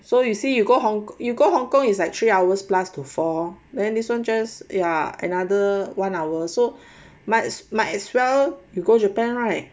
so you say you go hong you go hong kong is like three hours plus to four then this [one] just ya another one hour so much might as well you go japan right